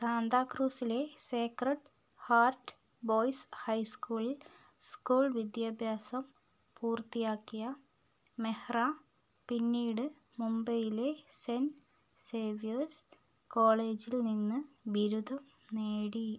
സാന്താക്രൂസിലെ Sacred Heart Boys ഹൈസ്ക്കൂളിൽ school വിദ്യാഭ്യാസം പൂർത്തിയാക്കിയ മെഹ്റ പിന്നീട് മുംബൈയിലെ സെൻറ്റ് സേവ്യേഴ്സ് കോളേജിൽ നിന്ന് ബിരുദം നേടി